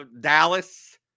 Dallas